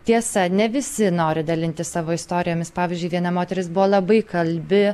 tiesa ne visi nori dalintis savo istorijomis pavyzdžiui viena moteris buvo labai kalbi